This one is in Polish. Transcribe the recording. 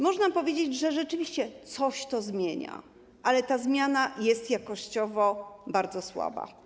Można powiedzieć, że rzeczywiście coś to zmienia, ale ta zmiana jest jakościowo bardzo słaba.